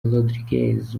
rodríguez